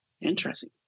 Interesting